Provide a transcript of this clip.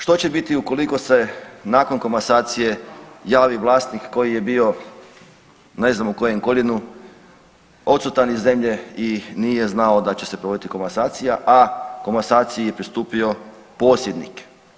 Što će biti ukoliko se nakon komasacije javi vlasnik koji je bio ne znam u kojem koljenu odsutan iz zemlja i nije znao da će se provoditi komasacija, a komasaciji je pristupio posjednik?